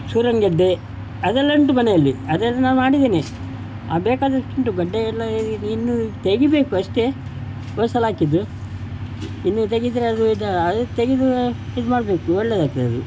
ಸೂರನಗೆಡ್ಡೆ ಅದೆಲ್ಲುಂಟು ಮನೆಯಲ್ಲಿ ಅದೆಲ್ಲ ನಾನು ಮಾಡಿದ್ದೀನಿ ಅದು ಬೇಕಾದಷ್ಟುಂಟು ಗಡ್ಡೆಯೆಲ್ಲ ಇನ್ನೂ ತೆಗಿಬೇಕು ಅಷ್ಟೆ ಹೋದ ಸಲ ಹಾಕಿದ್ದು ಇನ್ನೂ ತೆಗೆದರೆ ಅದೂ ಇದು ಅದು ತೆಗೆದು ಇದು ಮಾಡಬೇಕು ಒಳ್ಳೆಯದಾಗ್ತದದು